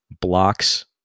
blocks